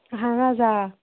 اَہَن حظ آ